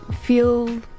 feel